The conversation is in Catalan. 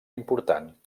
important